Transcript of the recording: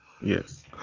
Yes